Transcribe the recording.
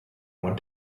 want